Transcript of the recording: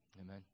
Amen